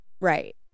Right